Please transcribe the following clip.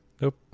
Nope